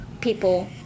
people